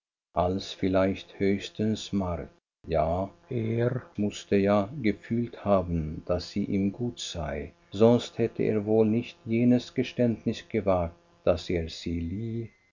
als vielleicht höchstens mart ja er mußte ja gefühlt haben daß sie ihm gut sei sonst hätte er wohl nicht jenes geständnis gewagt daß er sie